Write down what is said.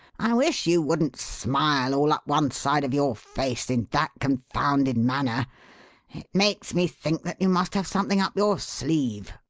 i wish you wouldn't smile all up one side of your face in that confounded manner. it makes me think that you must have something up your sleeve.